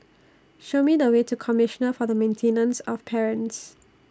Show Me The Way to Commissioner For The Maintenance of Parents